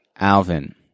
Alvin